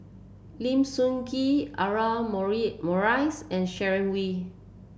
Lim Sun Gee Audra Morrice and Sharon Wee